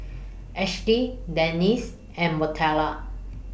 Ashli Denice and Montrell